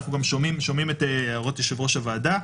אנחנו שומעים את הערות יושב-ראש הוועדה,